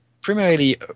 primarily